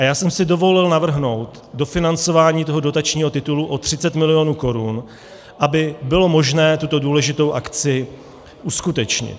Já jsem si dovolil navrhnout dofinancování tohoto dotačního titulu o 30 mil. korun, aby bylo možné tuto důležitou akci uskutečnit.